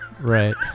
Right